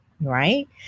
right